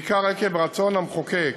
בעיקר עקב רצון המחוקק